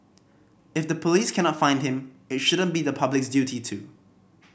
if the police cannot find him it shouldn't be the public's duty to